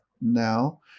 now